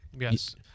yes